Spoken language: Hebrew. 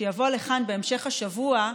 שיבוא לכאן בהמשך השבוע,